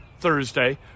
Thursday